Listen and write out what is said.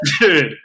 Dude